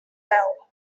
fell